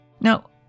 Now